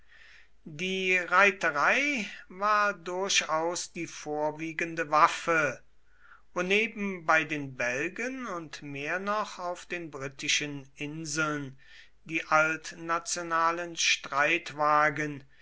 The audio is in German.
die reiterei war durchaus die vorwiegende waffe woneben bei den belgen und mehr noch auf den britischen inseln die altnationalen streitwagen